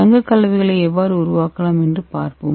தங்கக் கலவைகளை எவ்வாறு உருவாக்கலாம் என்று பார்ப்போம்